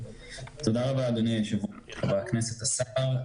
תודה רבה, אדוני היושב-ראש, חברי הכנסת והשר.